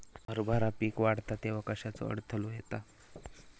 हरभरा पीक वाढता तेव्हा कश्याचो अडथलो येता?